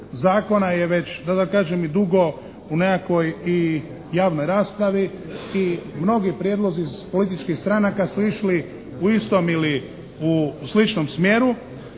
zakona je kako da kažem već dugo u nekakvoj i javnoj raspravi i mnogi prijedlozi političkih stranaka su išli u istom ili u sličnom smjeru